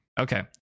Okay